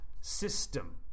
system